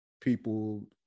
people